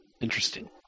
Interesting